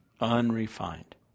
unrefined